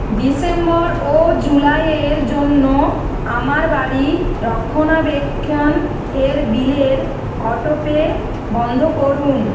December ও জুুলাইের জন্য আমার বাড়ি রক্ষণাবেক্ষণ এর বিলের অটোপে বন্ধ করুন